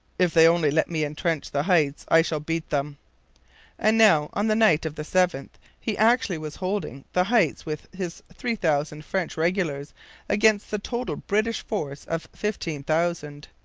if they only let me entrench the heights i shall beat them and now, on the night of the seventh, he actually was holding the heights with his three thousand french regulars against the total british force of fifteen thousand.